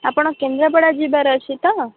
ଆପଣ କେଦ୍ରାପଡ଼ା ଯିବାର ଅଛି ତ